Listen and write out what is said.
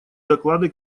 доклады